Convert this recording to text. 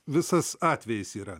visas atvejis yra